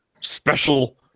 special